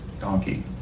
donkey